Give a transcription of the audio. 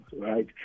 right